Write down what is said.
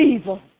evil